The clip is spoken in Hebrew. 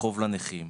כחוב לנכים.